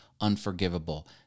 unforgivable